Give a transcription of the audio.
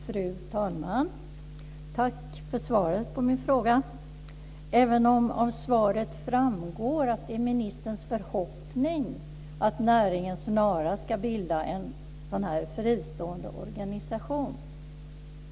Fru talman! Tack för svaret på min fråga. Av svaret framgår att det är ministerns förhoppning att näringen snarast ska bilda en fristående organisation.